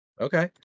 okay